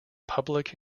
public